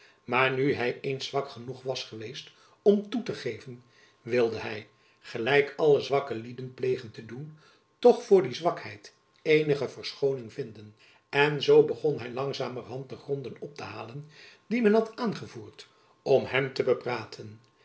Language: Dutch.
maar nu hy eens zwak genoeg was geweest om toe te geven wilde hy gelijk alle zwakke lieden plegen te doen toch voor die zwakheid eenige verschooning vinden en zoo begon hy langzamerhand de gronden op te halen die men had aangevoerd om hem te bepraten